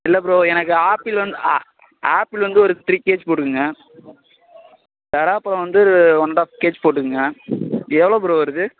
இல்லை ப்ரோ எனக்கு ஆப்பிள் வந் ஆ ஆப்பிள் வந்து ஒரு த்ரீ கேஜ் போட்டுக்கொங்க பலாப்பலம் வந்து ஒன் அண்ட் ஆஃப் கேஜ் போட்டுக்கோங்க எவ்வளோ ப்ரோ வருது